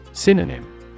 Synonym